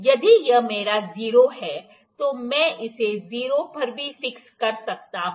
यदि यह मेरा 0 है तो मैं इसे 0 पर भी फिक्स कर सकता हूं